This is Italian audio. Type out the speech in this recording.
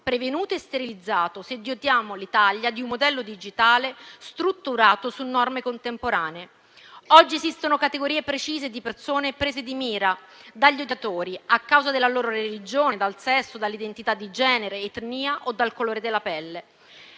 prevenuto e sterilizzato se dotiamo l'Italia di un modello digitale strutturato su norme contemporanee. Oggi esistono categorie precise di persone prese di mira dagli odiatori a causa della loro religione, del sesso, dell'identità di genere, dell'etnia o del colore della pelle.